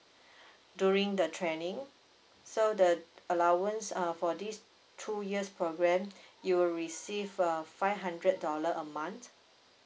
during the training so the allowance err for these two years programme you will receive a five hundred dollar a month